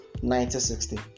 1960